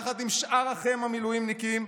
יחד עם שאר אחיהם המילואימניקים,